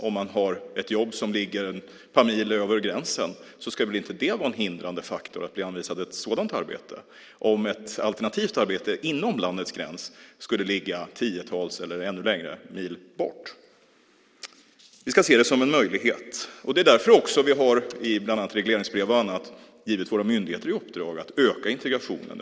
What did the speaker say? Om det finns ett jobb som ligger ett par mil över gränsen ska väl inte det vara en faktor som hindrar att man blir anvisad ett sådant arbete, om ett alternativt arbete inom landets gräns skulle ligga tiotals mil bort, eller ännu längre bort. Vi ska se det som en möjlighet. Det är också därför som vi i bland annat regleringsbrev och annat har givit våra myndigheter i uppdrag att öka integrationen.